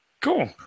Cool